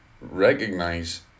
recognize